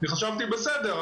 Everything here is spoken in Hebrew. חשבתי: בסדר,